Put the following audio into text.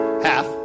Half